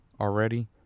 already